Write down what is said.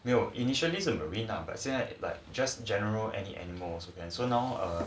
没有 initially 是 marine lah but 现在 but just general any animals world so now um